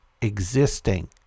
Existing